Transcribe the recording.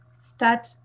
start